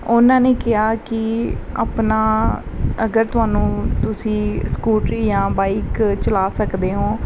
ਉਹਨਾਂ ਨੇ ਕਿਹਾ ਕਿ ਆਪਣਾ ਅਗਰ ਤੁਹਾਨੂੰ ਤੁਸੀਂ ਸਕੂਟਰੀ ਜਾਂ ਬਾਈਕ ਚਲਾ ਸਕਦੇ ਹੋ